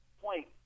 point